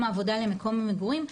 העבודה למקום המגורים,